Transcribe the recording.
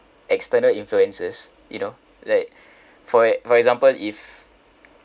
external influences you know like for for example if